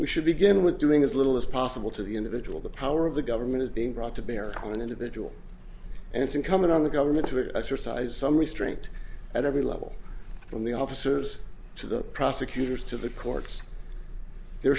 we should begin with doing as little as possible to the individual the power of the government is being brought to bear on an individual and it's incumbent on the government to exercise some restraint at every level from the officers to the prosecutors to the courts there